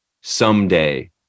someday